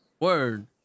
Word